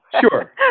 sure